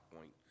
Point